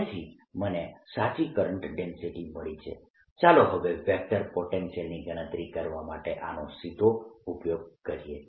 તેથી મને સાચી કરંટ ડેન્સિટી મળી છે ચાલો હવે વેક્ટર પોટેન્શિયલની ગણતરી કરવા માટે આનો સીધો ઉપયોગ કરીએ